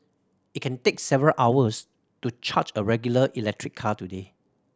it can take several hours to charge a regular electric car today